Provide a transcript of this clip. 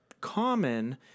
common